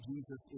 Jesus